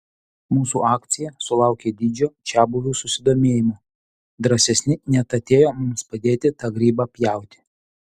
mūsų akcija sulaukė didžio čiabuvių susidomėjimo drąsesni net atėjo mums padėti tą grybą pjauti